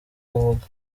kuvuga